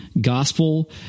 gospel